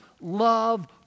love